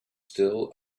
still